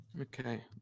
Okay